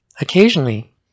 Occasionally